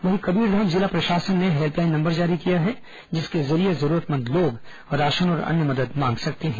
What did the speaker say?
वहीं कबीरधाम जिला प्रशासन ने हेल्पलाइन नंबर जारी किया है जिसके जरिये जरूरतमंद लोग राशन और अन्य मदद मांग सकते हैं